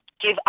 give